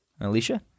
Alicia